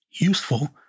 useful